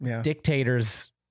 dictators